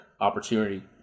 opportunity